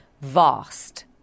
vast